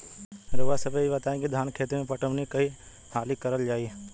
रउवा सभे इ बताईं की धान के खेती में पटवान कई हाली करल जाई?